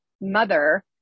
mother